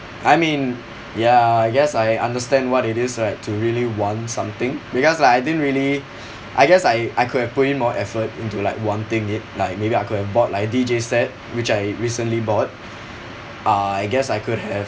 I mean ya I guess I understand what it is right to really want something because I didn't really I guess I I could have put in more effort into like wanting it like maybe I could have bought like a D_J set which I recently bought uh I guess I could have